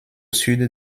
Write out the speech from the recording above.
sud